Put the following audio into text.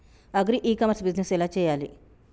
Agri e commerce business ఎలా చెయ్యాలి?